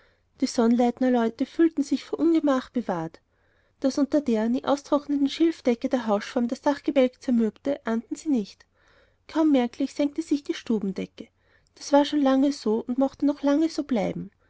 die sonnleitnerleute fühlten sich vor ungemach bewahrt daß unter der nie austrocknenden schilfdecke der hausschwamm das dachgebälk zermürbte ahnten sie nicht kaum merklich senkte sich die stubendecke das war schon lange so und mochte noch lange so bleiben